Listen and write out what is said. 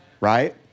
Right